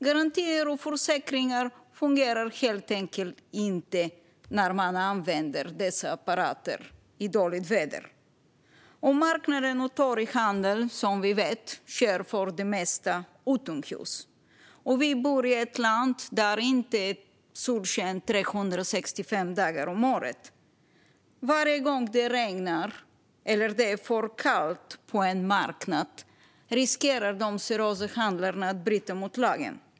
Garantier och försäkringar fungerar helt enkelt inte när man använder dessa apparater i dåligt väder. Och marknader och torghandel sker, som vi vet, för det mesta utomhus. Vi bor i ett land där det inte är solsken 365 dagar om året. Varje gång det regnar eller är för kallt på en marknad riskerar de seriösa handlarna att bryta mot lagen.